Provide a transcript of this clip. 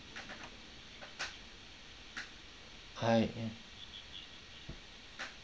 high end